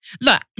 Look